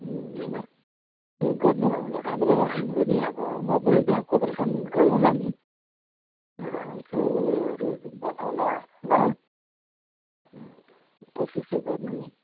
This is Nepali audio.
होइन त्यो गर्नुभयो भने राम्रै हो हामी पनि अब म पनि त्यहाँ कोपरेसन गरौँला नि यसो उयोहरू बताउँला ल कोसिस चाहिँ गर्नु नि